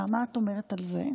מה את אומרת על זה?